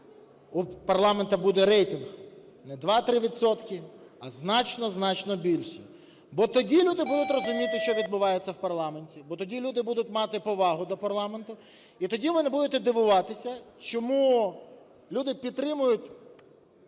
у парламенту буде рейтинг не 2-3 відсотки, а значно-значно більший. Бо тоді люди будуть розуміти, що відбувається в парламенті, бо тоді люди будуть мати повагу до парламенту, і тоді ви не будете дивуватися, чому люди підтримують